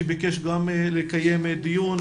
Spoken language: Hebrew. שביקש גם לקיים דיון,